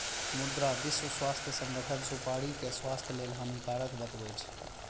मुदा विश्व स्वास्थ्य संगठन सुपारी कें स्वास्थ्य लेल हानिकारक बतबै छै